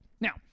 Now